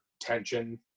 tension